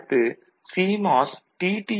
அடுத்து சிமாஸ் டி